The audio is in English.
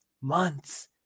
months